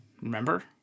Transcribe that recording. Remember